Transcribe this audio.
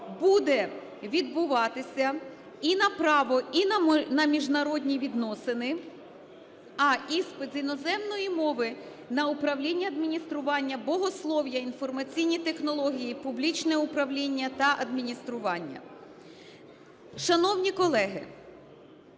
буде відбуватися і на право, і на міжнародні відносини, а іспит з іноземної мови - на управління адміністрування, богослов'я, інформаційні технології, публічне управління та адміністрування. Шановні колеги,